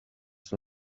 στο